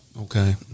Okay